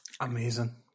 Amazing